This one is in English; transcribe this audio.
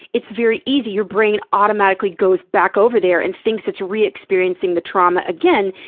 it's very easy. your brain automatically goes back over there and thinks it's re-experiencing the trauma again,